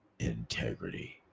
Integrity